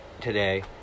today